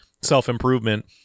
self-improvement